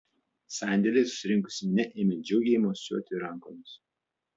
sandėlyje susirinkusi minia ėmė džiugiai mosuoti rankomis